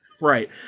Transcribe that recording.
Right